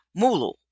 Mulu